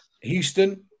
Houston